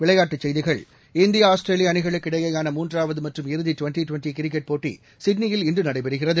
விளையாட்டுச்செய்திகள் India Australia அணிகளுக்கு இடையேயான மூன்றாவது மற்றும் இறுதி ட்வெண்ட்டி ட்வெண்ட்டி கிரிக்கெட் போட்டி சிட்னியில் இன்று நடைபெறுகிறது